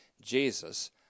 Jesus